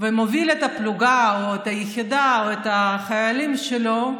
ומוביל את הפלוגה או את היחידה או את החיילים שלו,